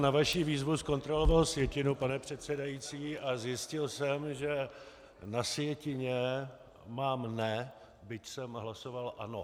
Na vaši výzvu jsem zkontroloval sjetinu, pane předsedající, a zjistil jsem, že na sjetině mám ne, byť jsem hlasoval ano.